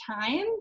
time